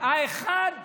האחד והיחיד,